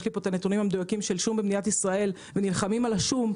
יש לי פה את הנתונים המדויקים של שום במדינת ישראל ונלחמים על השום,